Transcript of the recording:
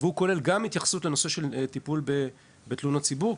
הוא כולל גם התייחסות לנושא של טיפול בתלונות ציבור.